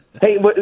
Hey